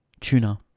tuna